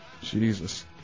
Jesus